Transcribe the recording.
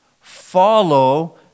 Follow